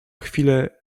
chwilę